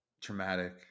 traumatic